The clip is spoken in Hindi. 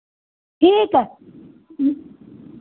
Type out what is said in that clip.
ठीक है